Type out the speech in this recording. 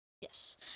Yes